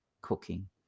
cooking